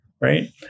Right